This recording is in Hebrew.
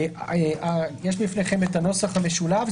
יש לפניכם את הנוסח המשולב.